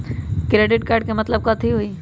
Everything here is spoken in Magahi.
क्रेडिट कार्ड के मतलब कथी होई?